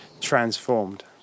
transformed